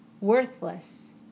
worthless